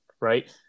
right